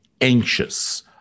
anxious